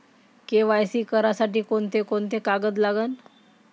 KYC करासाठी कोंते कोंते कागद लागन?